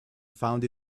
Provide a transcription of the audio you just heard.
found